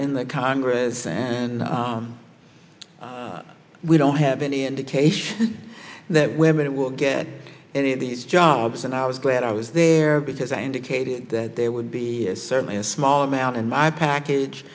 in the congress and we don't have any indication that women will get any of these jobs and i was glad i was there because i indicated that there would be certainly a small amount in my package